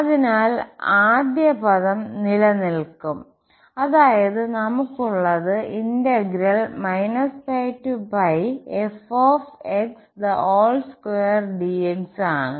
അതിനാൽ ആദ്യ പദം നിലനിൽക്കുംഅതായത് നമുക്കുള്ളത് ആണ്